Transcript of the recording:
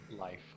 life